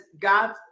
God